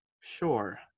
sure